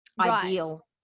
ideal